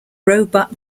roebuck